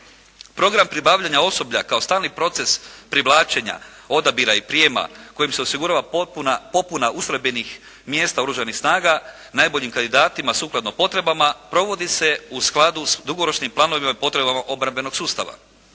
Program pribavljanja osoblja kao stalni proces privlačenja, odabira i prijema kojim se osigurava popuna ustrojbenih mjesta oružanih snaga najboljim kandidatima sukladno potrebama provoditi se u skladu sa dugoročnim planovima i potrebama obrambenog sustava.